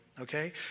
okay